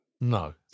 No